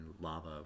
lava